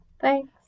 thanks